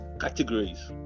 categories